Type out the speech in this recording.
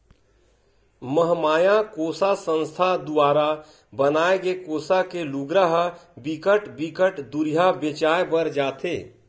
महमाया कोसा संस्था दुवारा बनाए गे कोसा के लुगरा ह बिकट बिकट दुरिहा बेचाय बर जाथे